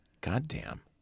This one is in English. goddamn